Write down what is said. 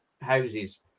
houses